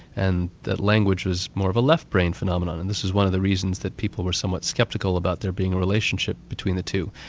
and that language was more of a left brain phenomenon. and this is one of the reasons that people were somewhat sceptical about there being a relationship between the two.